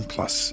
Plus